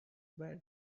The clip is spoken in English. bed